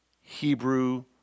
Hebrew